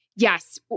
Yes